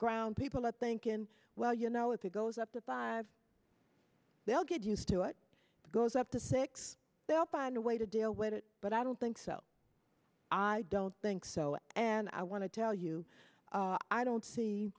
ground people at thinkin well you know if it goes up to five they'll get used to it goes up to six they'll find a way to deal with it but i don't think so i don't think so and i want to tell you i don't see